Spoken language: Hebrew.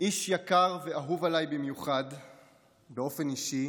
איש יקר ואהוב עליי במיוחד באופן אישי